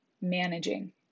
managing